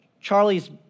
Charlie's